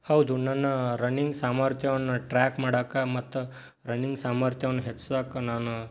ಹೌದು ನನ್ನ ರನ್ನಿಂಗ್ ಸಾಮರ್ಥ್ಯವನ್ನು ಟ್ರ್ಯಾಕ್ ಮಾಡಕ್ಕೆ ಮತ್ತು ರನ್ನಿಂಗ್ ಸಾಮರ್ಥ್ಯವನ್ನು ಹೆಚ್ಸಕ್ಕೆ ನಾನು